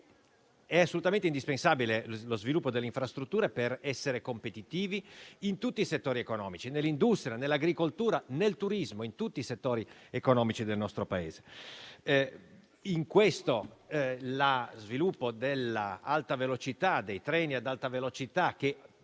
È assolutamente indispensabile lo sviluppo delle infrastrutture per essere competitivi in tutti i settori economici, nell'industria, nell'agricoltura, nel turismo e in tutti i settori economici del nostro Paese. In questo, lo sviluppo dei treni ad alta velocità che